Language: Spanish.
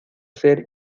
ser